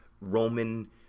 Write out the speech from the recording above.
Roman